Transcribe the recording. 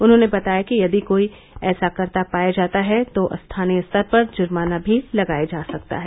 उन्होंने बताया कि यदि कोई ऐसा करता पाया जाता है तो स्थानीय स्तर पर जुर्माना भी लगाया जा सकता है